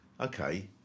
Okay